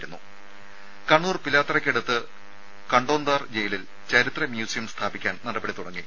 രുര കണ്ണൂർ പിലാത്തറയ്ക്കടുത്ത് കണ്ടോന്താർ ജയിലിൽ ചരിത്ര മ്യൂസിയം സ്ഥാപിക്കാൻ നടപടി തുടങ്ങി